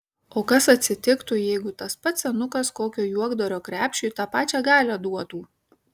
o kas atsitiktų jeigu tas pats senukas kokio juokdario krepšiui tą pačią galią duotų